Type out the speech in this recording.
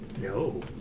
No